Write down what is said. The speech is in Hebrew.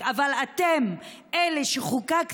חבר הכנסת